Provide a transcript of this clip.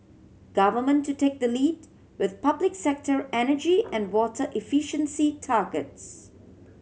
government to take the lead with public sector energy and water efficiency targets